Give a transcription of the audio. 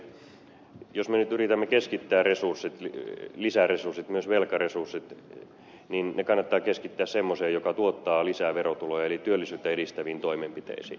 sitä paitsi jos me nyt yritämme keskittää lisäresurssit myös velkaresurssit niin ne kannattaa keskittää semmoiseen joka tuottaa lisää verotuloja eli työllisyyttä edistäviin toimenpiteisiin